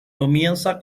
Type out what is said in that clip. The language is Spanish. comienza